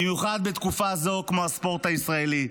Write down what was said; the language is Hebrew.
במיוחד בתקופה זו, כמו הספורט הישראלי.